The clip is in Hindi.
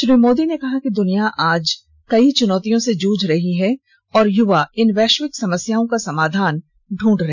श्री मोदी ने कहा कि दुनिया आज कई चुनौतियों से जूझ रही है और युवा इन वैश्विक समस्याओं का समाधान ढूंढ रहे हैं